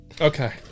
Okay